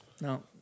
No